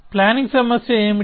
planning సమస్య ఏమిటి